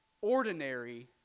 ordinary